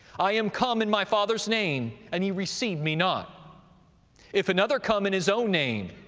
i am come in my father's name, and ye receive me not if another come in his own name,